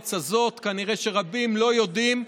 בארץ הזאת, כנראה שרבים לא יודעים,